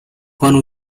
gone